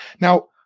Now